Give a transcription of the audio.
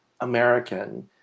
American